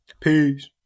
Peace